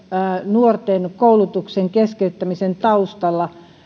nuorten koulutuksen keskeyttämisen taustalla